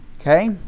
Okay